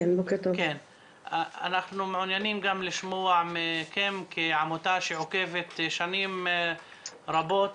אנחנו מעוניינים לשמוע מכם כעמותה שעוקבת שנים רבות